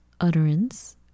utterance